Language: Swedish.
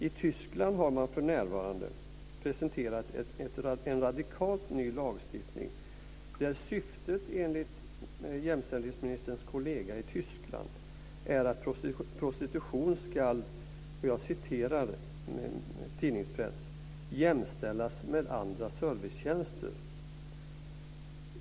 I Tyskland har man för närvarande presenterat en radikalt ny lagstiftning där syftet enligt jämställdhetsministerns kollega i Tyskland är att prostitution ska, för att citera tidningspress, jämställas med andra servicetjänster.